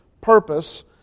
purpose